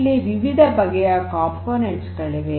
ಇಲ್ಲಿ ವಿವಿಧ ಬಗೆಯ ಉಪಕರಣಗಳಿವೆ